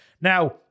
Now